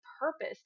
purpose